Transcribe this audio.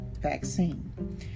vaccine